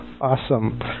Awesome